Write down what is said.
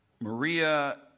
Maria